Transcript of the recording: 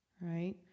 Right